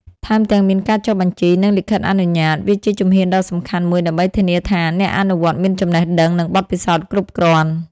ថែមទាំងមានការចុះបញ្ជី និងលិខិតអនុញ្ញាត វាជាជំហានដ៏សំខាន់មួយដើម្បីធានាថាអ្នកអនុវត្តមានចំណេះដឹង និងបទពិសោធន៍គ្រប់គ្រាន់។